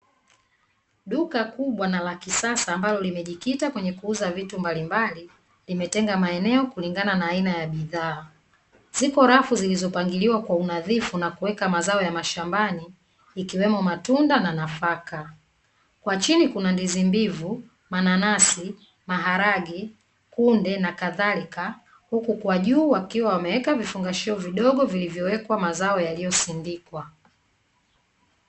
Duka kubwa na la kisasa ambalo limejikita kwenye kuuza vitu mbali mbali, limetenga maeneo kulingana na aina ya bidhaa. Ziko rafu zilizopangiliwa kwa unadhifu na kuweka mazao ya mashambani ikiwemo matunda na nafaka. Kwa chini kuna ndizi mbivu, mananasi, maharage kunde na kadhalika huku kwa juu wakiwa wameeka vingushaio vidogo walivyowekwa mazao yaliyosindikwa.